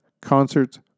concerts